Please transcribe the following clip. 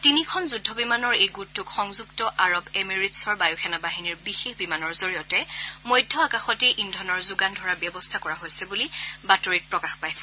তিনিখন যুদ্ধ বিমানৰ এই গোটটোক সংযুক্ত আৰব এমিৰিটছৰ বায়ু সেনাবাহিনীৰ বিশেষ বিমানৰ জৰিয়তে মধ্য আকাশতেই ইন্ধনৰ যোগান ধৰাৰ ব্যৱস্থা কৰা হৈছে বুলি বাতৰিত প্ৰকাশ পাইছে